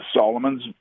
Solomons